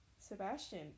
Sebastian